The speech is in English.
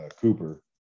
Cooper